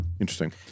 Interesting